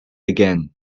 again